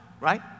right